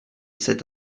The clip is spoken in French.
cet